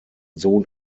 sohn